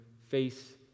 face